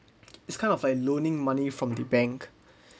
it's kind of a loaning money from the bank